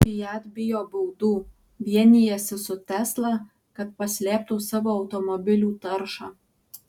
fiat bijo baudų vienijasi su tesla kad paslėptų savo automobilių taršą